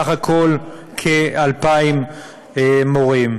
ובסך הכול כ-2,000 מורים.